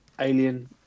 alien